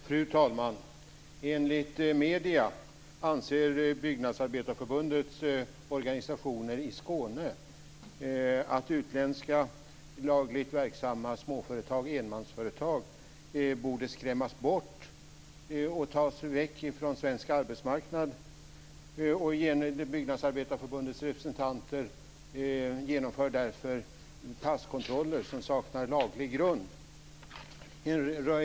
Fru talman! Enligt medierna anser Byggnadsarbetareförbundets organisationer i Skåne att utländska, lagligt verksamma småföretag, enmansföretag, borde skrämmas bort och tas väck från svensk arbetsmarknad. Byggnadsarbetareförbundets representanter genomför därför passkontroller som saknar laglig grund.